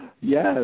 Yes